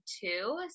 two